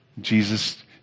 Jesus